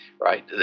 right